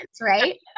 right